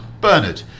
Bernard